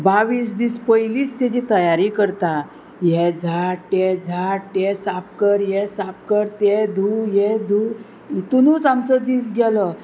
बावीस दीस पयलीच तेजी तयारी करता हें झाड तें झाड साफ कर हें साफ कर तें धूव हे धूव हितुनूच आमचो दीस गेलो